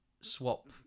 swap